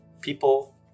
people